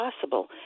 possible